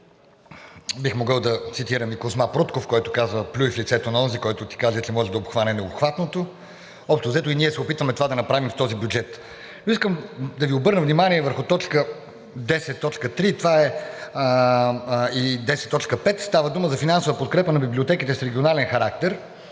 Бих могъл да цитирам и Козма Прутков, който казва: „Плюй в лицето на онзи, който ти казва, че може да обхване необхватното.“ Общо взето и ние се опитваме това да направим в този бюджет. Искам да Ви обърна внимание върху т. 10.5 – става дума за финансова подкрепа на библиотеките с регионален характер